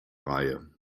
reihe